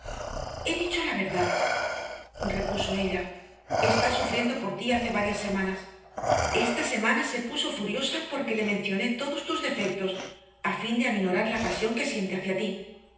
he dicho la verdad repuso ella está sufriendo por ti hace varias semanas esta mañana se puso furiosa porque le mencioné todos tus defectos a fin de aminorar la pasión que siente hacia ti